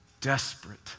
desperate